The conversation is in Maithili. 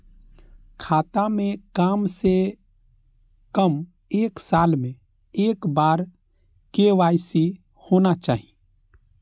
खाता में काम से कम एक साल में एक बार के.वाई.सी होना चाहि?